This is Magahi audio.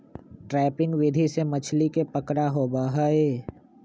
ट्रैपिंग विधि से मछली के पकड़ा होबा हई